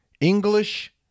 English